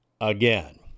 again